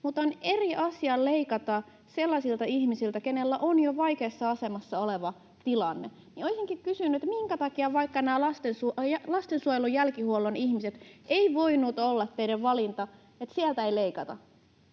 mutta on eri asia leikata sellaisilta ihmisiltä, keillä on jo vaikeassa asemassa oleva tilanne. Olisinkin kysynyt, minkä takia vaikka se, että näiltä lastensuojelun jälkihuollon ihmisiltä ei leikata, ei voinut olla teidän valintanne. Se olisi